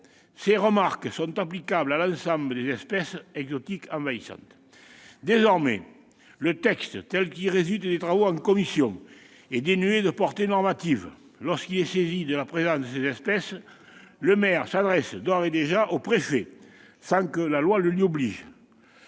Ces remarques sont applicables à l'ensemble des espèces exotiques envahissantes. Désormais le texte, tel qu'il résulte des travaux en commission, est dénué de portée normative. Lorsqu'il est saisi de la présence de ces espèces, le maire s'adresse d'ores et déjà au préfet, sans que la loi l'y oblige.